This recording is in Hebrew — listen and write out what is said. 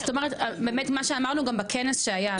זאת אומרת באמת מה שאמרנו גם בכנס שהיה,